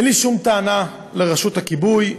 אין לי שום טענה לרשות הכיבוי.